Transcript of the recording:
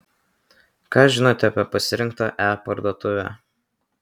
ką žinote apie pasirinktą e parduotuvę